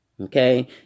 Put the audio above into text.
okay